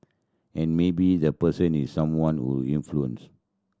and maybe the person is someone of influence